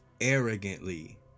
arrogantly